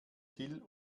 till